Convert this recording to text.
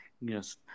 yes